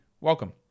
Welcome